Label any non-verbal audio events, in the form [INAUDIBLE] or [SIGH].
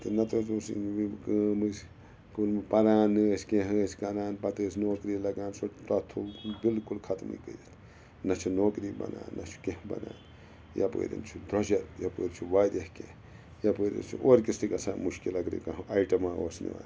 تہٕ نَہ تہٕ حَظ اوس [UNINTELLIGIBLE] کٲم أسۍ کٲم پَران ٲسۍ کیٚنٛہہ ٲسۍ کَران پَتہٕ ٲسۍ نوکری لگان سُہ تَتھ تھوٚوُکھ بلکل ختمٕے کٔرِتھ نَہ چھِ نوکری بَنان نَہ چھُ کیٚنٛہہ بَنان یَپٲرۍ چھُ درٛوجَر یَپٲرۍ چھُ واریاہ کیٚنٛہہ یَپٲرۍ حظ چھُ اورکِس تہِ گژھان مشکل اَگرٔے کانٛہہ آیٹمہ اوس نِوان